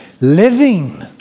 Living